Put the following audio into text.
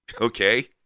Okay